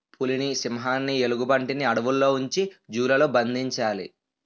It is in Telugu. పులిని సింహాన్ని ఎలుగుబంటిని అడవుల్లో ఉంచి జూ లలో బంధించాలి